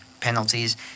penalties